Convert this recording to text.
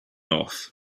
off